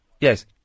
Yes